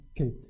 Okay